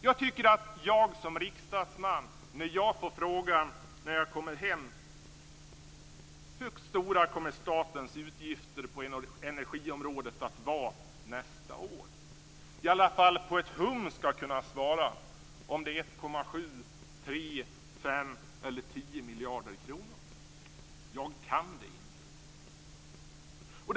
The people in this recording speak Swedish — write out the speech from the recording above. Jag tycker att när jag som riksdagsman kommer hem och får frågan om hur stora statens utgifter på energiområdet kommer att vara nästa år i alla fall på ett hum skall kunna svara om det är 1,7 miljarder eller 3, 5 eller 10 miljarder kronor. Jag kan det inte.